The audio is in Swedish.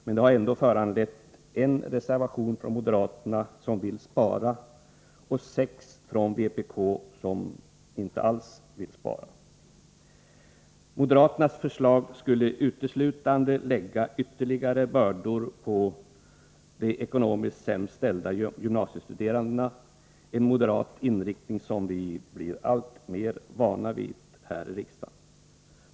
Men det har ändå föranlett en reservation från moderaterna, som vill spara, och sex reservationer från vpk, som inte alls vill spara. Moderaternas förslag skulle uteslutande lägga ytterligare bördor på de ekonomiskt sämst ställda gymnasiestuderandena — en moderat inriktning som vi blir alltmer vana vid här i riksdagen.